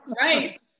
right